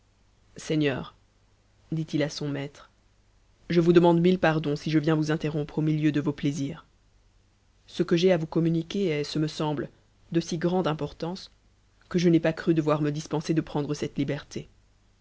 seigneur dit-il à son maître je vous demande mille pardons si je vie vous interrompre au milieu de vos plaisirs ce que j'ai à vous cotuhm'niquer est ce me semble de si grande importance que je n'ai pas cru devoir me dispenser de prendre cettf liberté